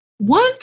one